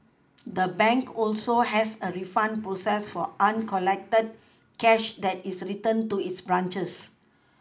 the bank also has a refund process for uncollected cash that is returned to its branches